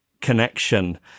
connection